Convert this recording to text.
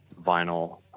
vinyl